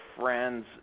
friends